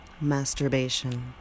masturbation